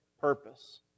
purpose